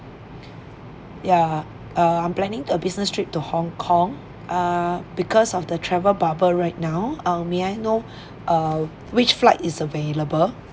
ya uh I'm planning a business trip to hong kong err because of the travel bubble right now uh may I know err which flight is available